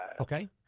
Okay